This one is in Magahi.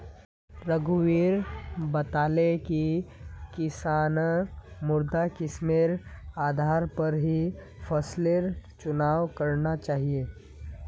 रघुवीर बताले कि किसानक मृदा किस्मेर आधार पर ही फसलेर चुनाव करना चाहिए